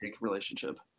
relationship